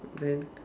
then